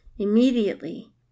Immediately